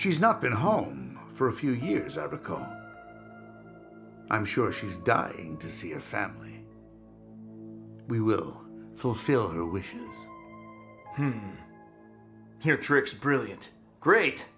she's not been home for a few years article i'm sure she's dying to see a family we will fulfill her wish here tricks brilliant great